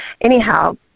Anyhow